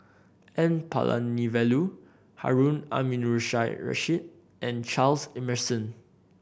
N Palanivelu Harun Aminurrashid and Charles Emmerson